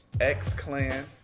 X-Clan